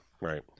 Right